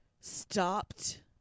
stopped